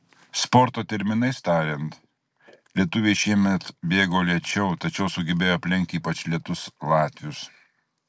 sporto terminais tariant lietuviai šiemet bėgo lėčiau tačiau sugebėjo aplenkti ypač lėtus latvius